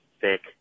thick